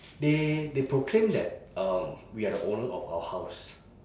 they they proclaim that um we are the owner of our house